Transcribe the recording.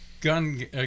gun